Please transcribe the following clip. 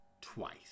twice